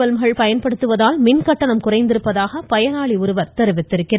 bulb பயன்படுத்துவதால் மின்கட்டணம் குறைந்திருப்பதாக பயனாளி ஒருவர் தெரிவித்திருக்கிறார்